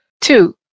Two